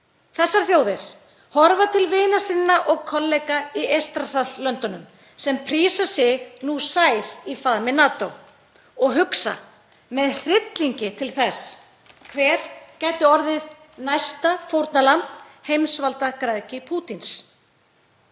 Þessar þjóðir horfa til vina sinna og kollega í Eystrasaltslöndunum sem prísa sig nú sæl í faðmi NATO og hugsa með hryllingi til þess hver gæti orðið næsta fórnarlamb heimsvaldagræðgi Pútíns.